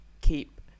keep